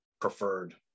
preferred